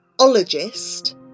ologist